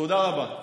תודה רבה.